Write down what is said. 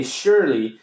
surely